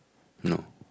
no